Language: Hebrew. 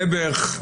נעבעך,